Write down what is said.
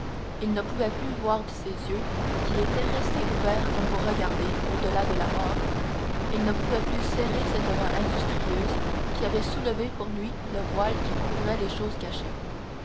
il ne pouvait plus voir ses yeux qui étaient restés ouverts comme pour regarder au-delà de la mort il ne pouvait plus serrer cette main industrieuse qui avait soulevé pour lui le voile qui couvrait les choses cachées